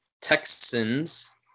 Texans